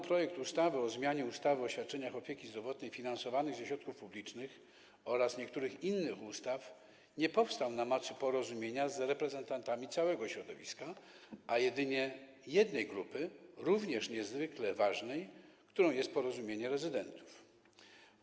Projekt ustawy o zmianie ustawy o świadczeniach opieki zdrowotnej finansowanych ze środków publicznych oraz niektórych innych ustaw, o którym dzisiaj dyskutujemy, powstał na mocy porozumienia z reprezentantami nie całego środowiska, a jedynie jednej grupy, niezwykle ważnej, którą jest Porozumienie Rezydentów OZZL.